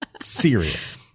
Serious